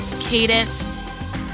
cadence